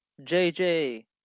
JJ